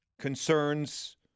concerns